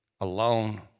alone